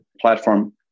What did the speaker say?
platform